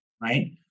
right